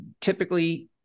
typically